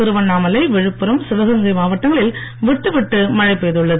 திருவண்ணாமலை விழுப்புரம் சிவகங்கை மாவட்டங்களில் விட்டுவிட்டு மழை பெய்துள்ளது